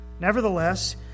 Nevertheless